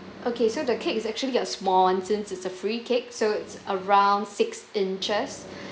okay so the cake is actually a small one since it's a free cake so it's around six inches